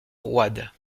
roide